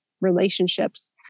relationships